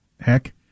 heck